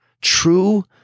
True